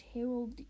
Harold